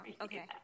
okay